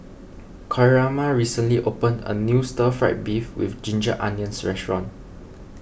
Coraima recently opened a new Stir Fried Beef with Ginger Onions Restaurant